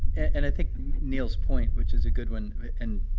and i think neil's point, which is a good one and